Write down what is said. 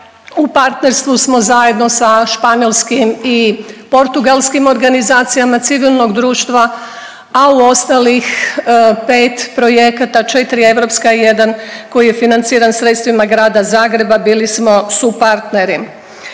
u partnerstvu smo zajedno sa španjolskim i portugalskim organizacijama civilnog društva, a u ostalih pet projekata četri europska i jedan koji je financiran sredstvima Grada Zagreba bili smo supartneri.